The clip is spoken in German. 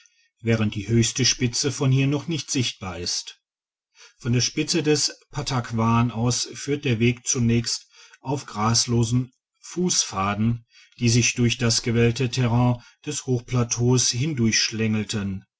während die höchste spitze von hier noch nicht sichtbar ist von der spitze des pattakwan aus führte der weg zunächst auf graslosen fusspfaden die sich durch das gewellte terrain des hochplateaus